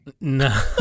No